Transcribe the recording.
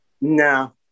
No